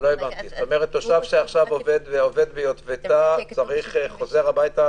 תושב שעובד ביטבתה - חוזר הביתה,